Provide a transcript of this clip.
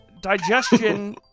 digestion